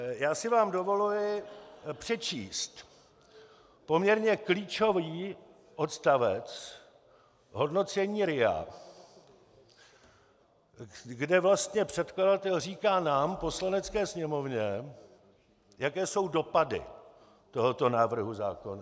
Já si vám dovoluji přečíst poměrně klíčový odstavec hodnocení RIA, kde vlastně předkladatel říká nám, Poslanecké sněmovně, jaké jsou dopady tohoto návrhu zákona.